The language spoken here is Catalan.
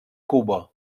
cuba